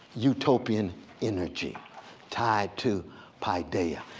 utopian energy tied to paideia.